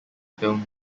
film